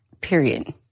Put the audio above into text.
Period